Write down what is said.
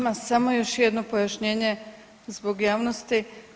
Ma samo još jedno pojašnjenje zbog javnosti.